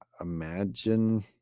imagine